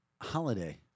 Holiday